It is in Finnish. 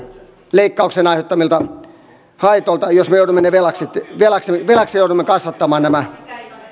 leikkauksen aiheuttamilta haitoilta jos me joudumme velaksi kasvattamaan nämä